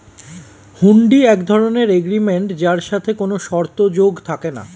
হুন্ডি এক ধরণের এগ্রিমেন্ট যার সাথে কোনো শর্ত যোগ থাকে না